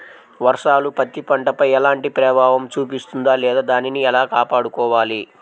వర్షాలు పత్తి పంటపై ఎలాంటి ప్రభావం చూపిస్తుంద లేదా దానిని ఎలా కాపాడుకోవాలి?